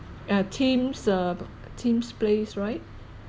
uh tim's uh tim's place right